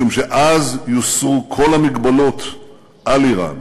משום שאז יוסרו כל המגבלות על איראן